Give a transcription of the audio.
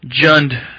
Jund